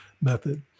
method